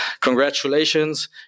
Congratulations